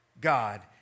God